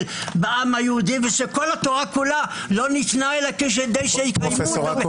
בעם היהודי ושכל התורה כולה לא ניתנה אלא כדי שיקיימו אותה.